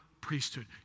priesthood